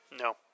No